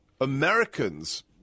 Americans